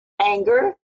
anger